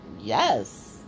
Yes